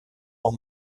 noch